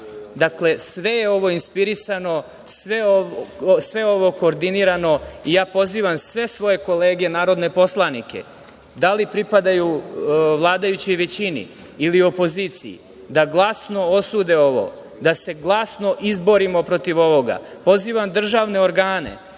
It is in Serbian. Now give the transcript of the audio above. Dakle, sve je ovo inspirisano, sve je ovo koordinirano. Pozivam sve svoje kolege narodne poslanike, da li pripadaju vladajućoj većini ili opoziciji, da glasno osude ovo, da se glasno izborimo protiv ovoga. Pozivam državne organe